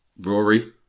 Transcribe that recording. Rory